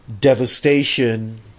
devastation